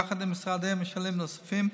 יחד עם משרדי ממשלה נוספים,